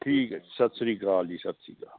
ਠੀਕ ਹੈ ਜੀ ਸਤਿ ਸ਼੍ਰੀ ਅਕਾਲ ਜੀ ਸਤਿ ਸ਼੍ਰੀ ਅਕਾਲ